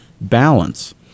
balance